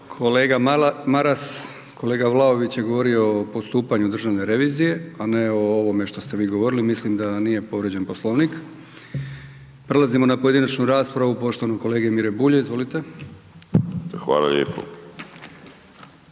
Kolega Maras, kolega Vlaović je govorio o postupanju državne revizije a ne o ovome što ste vi govorili, mislim da nije povrijeđen Poslovnik. Prelazimo na pojedinačnu raspravu poštovanog kolege Mire BUlja. Izvolite. **Bulj,